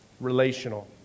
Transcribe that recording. Relational